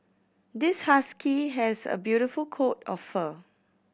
this husky has a beautiful coat of fur